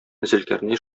зөлкарнәй